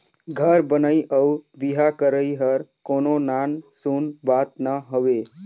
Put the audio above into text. घर बनई अउ बिहा करई हर कोनो नान सून बात ना हवे